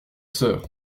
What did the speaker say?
sœur